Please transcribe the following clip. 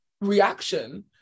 reaction